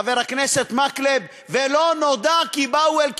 חבר הכנסת מקלב: "ולא נודע כי באו אל קרבנה".